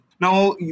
Now